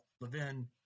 Levin